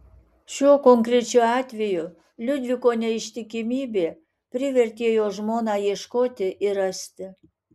šiuo konkrečiu atveju liudviko neištikimybė privertė jo žmoną ieškoti ir rasti